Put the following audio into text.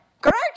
Correct